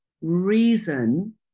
reason